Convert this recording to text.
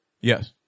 Yes